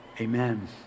amen